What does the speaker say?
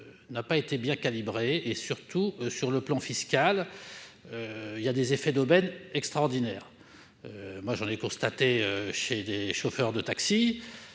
n'a pas été bien calibré. Surtout, sur le plan fiscal, il a entraîné des effets d'aubaine extraordinaires. J'en ai constaté chez des chauffeurs de taxi